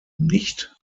nicht